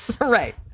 Right